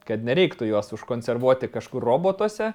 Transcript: kad nereiktų juos užkonservuoti kažkur robotuose